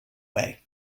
way